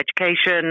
education